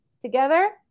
together